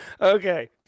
Okay